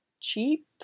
cheap